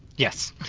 yes,